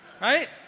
Right